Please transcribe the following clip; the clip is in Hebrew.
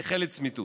נכה לצמיתות.